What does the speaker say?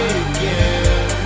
again